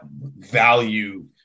value